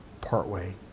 partway